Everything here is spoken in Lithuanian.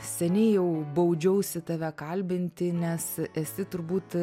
seniai jau baudžiausi tave kalbinti nes esi turbūt